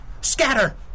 Scatter